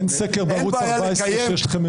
אין סקר בערוץ 14 שיש לכם...